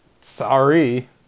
Sorry